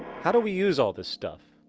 how do we use all this stuff?